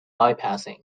bypassing